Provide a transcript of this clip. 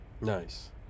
nice